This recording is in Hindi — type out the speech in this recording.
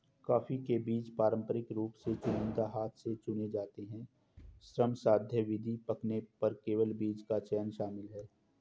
कॉफ़ी के बीज पारंपरिक रूप से चुनिंदा हाथ से चुने जाते हैं, श्रमसाध्य विधि, पकने पर केवल बीज का चयन शामिल है